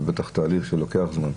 זה בטח תהליך שלוקח זמן.